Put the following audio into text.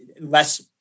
less